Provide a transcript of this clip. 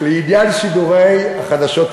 לעניין שידורי החדשות המקומיות.